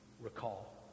recall